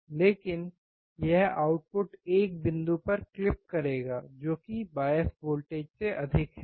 लेकिन यह आउटपुट एक बिंदु पर क्लिप करेगा जो कि बायस वोल्टेज से अधिक है